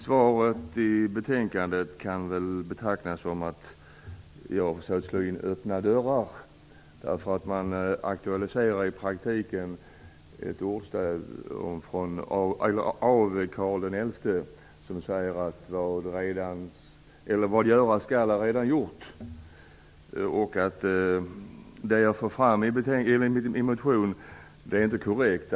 Svaret i betänkandet kan väl betraktas som att jag försöker slå in öppna dörrar. Man aktualiserar i praktiken ett ordstäv från Karl XI som säger att vad göras skall är redan gjort. Man säger att det jag för fram i min motion inte är korrekt.